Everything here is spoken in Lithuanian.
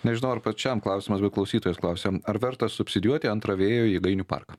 nežinau ar pačiam klausimas bet klausytojas klausia ar verta subsidijuoti antrą vėjo jėgainių parką